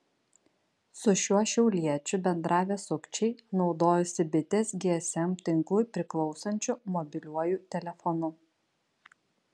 su šiuo šiauliečiu bendravę sukčiai naudojosi bitės gsm tinklui priklausančiu mobiliuoju telefonu